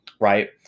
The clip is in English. right